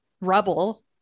rubble